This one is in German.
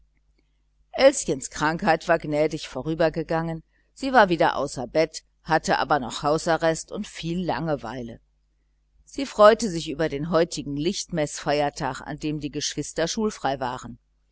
elschens krankheit war gnädig vorübergegangen sie war wieder außer bett hatte aber noch hausarrest und viel langeweile so freute sie sich über den heutigen lichtmeßfeiertag an dem die geschwister schulfrei waren